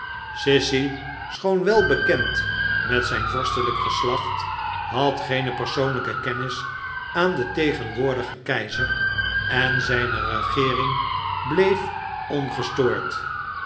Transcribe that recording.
sissy schoon welbekend met zijn vorstelijk geslacht had geene persoonlijke kennis aan den tegenwoordigen keizer en zijne regeering bleef ongestoord